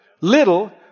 little